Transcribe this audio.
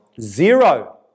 Zero